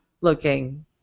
looking